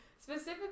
specifically